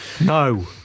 No